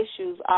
issues